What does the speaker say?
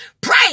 Pray